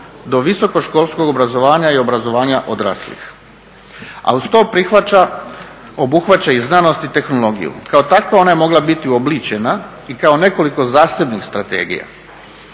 do visokoškolskog obrazovanja i obrazovanja odraslih, a uz to obuhvaća i znanost i tehnologiju. Kao takva ona je mogla biti uobličena i kao nekoliko zasebnih strategija